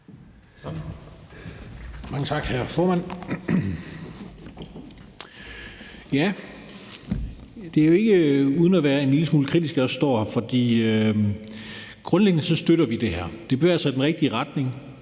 Mange tak, hr. formand. Det er jo ikke uden at være en lille smule kritisk, jeg står her, for grundlæggende støtter vi det her. Forslaget bevæger sig i den rigtige retning,